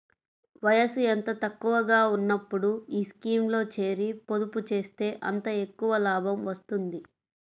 వయసు ఎంత తక్కువగా ఉన్నప్పుడు ఈ స్కీమ్లో చేరి, పొదుపు చేస్తే అంత ఎక్కువ లాభం వస్తుంది